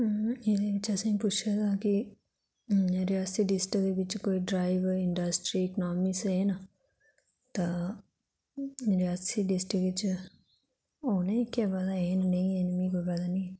एहदे बिच असेंगी पुच्छे दा के रियासी डिस्ट्रिक्ट दे बिच कोई ड्राइबर इड्स्ट्री इकनामिकस हैन तां रियासी डिस्ट्रिक्ट बिच होने जां हैन नेईं ऐन मि कोई पता नी